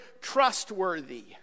trustworthy